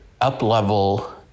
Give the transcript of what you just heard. up-level